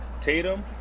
tatum